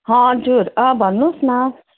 हजुर अँ भन्नुहोस् न